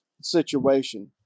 situation